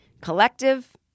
Collective